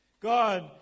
God